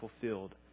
fulfilled